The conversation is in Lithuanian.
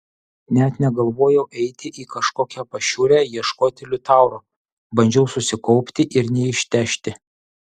net negalvojau eiti į kažkokią pašiūrę ieškoti liutauro bandžiau susikaupti ir neištežti